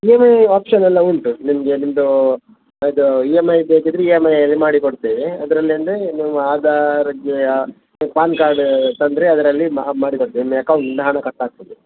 ಬೇರೆ ಆಪ್ಷನ್ ಎಲ್ಲ ಉಂಟು ನಿಮಗೆ ನಿಮ್ಮದು ಅದು ಇ ಎಮ್ ಐ ಬೇಕಿದ್ದರೆ ಇ ಎಮ್ ಐಯಲ್ಲಿ ಮಾಡಿ ಕೊಡ್ತೇವೆ ಅದ್ರಲ್ಲೆ ನಿಮ್ಮ ಆಧಾರ್ಗೆ ಪಾನ್ ಕಾರ್ಡ್ ತಂದರೆ ಅದರಲ್ಲಿ ಮಾಡಿ ಕೊಡ್ತೇವೆ ನಿಮ್ಮ ಅಕೌಂಟಿಂದ ಹಣ ಕಟ್ ಆಗ್ತದೆ